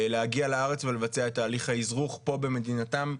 להגיע לארץ ולבצע את הליך האזרוח פה במדינתם,